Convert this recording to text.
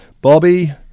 Bobby